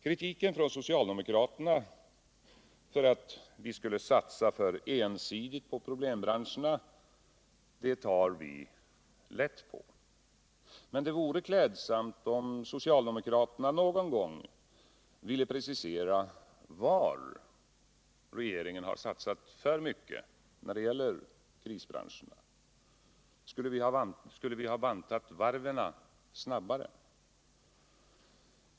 Kritiken från socialdemokraterna för att vi skulle satsa för ensidigt på problembranscherna tar vi lätt på. Men det vore klädsamt om socialdemokraterna någon gång ville precisera var regeringen har satsat för mycket i fråga om krisbranscherna. Skulle vi ha bantat varven snabbare?